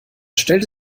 stellte